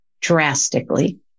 drastically